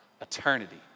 eternity